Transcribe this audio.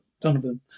Donovan